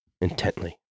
intently